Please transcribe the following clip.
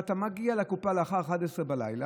ואתה מגיע לקופה אחרי 23:00,